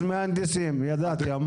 אז מהנדסים, ידעתי.